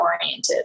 oriented